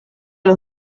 los